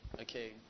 Okay